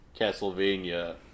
Castlevania